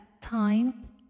time